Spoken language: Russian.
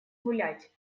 гулять